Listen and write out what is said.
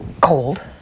cold